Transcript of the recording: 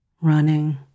running